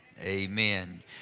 amen